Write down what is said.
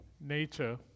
nature